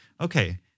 okay